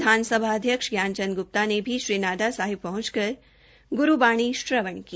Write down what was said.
विधानसभा अध्यक्ष ज्ञान चंद ग्प्ता ने भी श्री नाडा साहिब पहुंचकर ग्रूवाणी श्रवण की